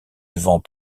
devant